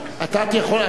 אתה יכול,